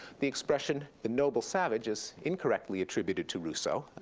the expression the noble savages incorrectly attributed to rousseau,